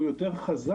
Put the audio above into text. הוא יותר חזק,